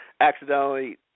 accidentally